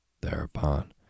Thereupon